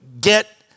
get